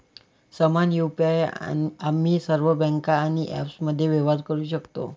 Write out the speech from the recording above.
समान यु.पी.आई आम्ही सर्व बँका आणि ॲप्समध्ये व्यवहार करू शकतो